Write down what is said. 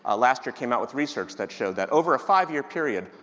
ah last year came out with research that showed that over a five year period,